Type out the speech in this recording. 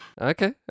okay